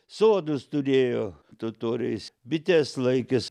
sodus turėjo totoriais bites laikės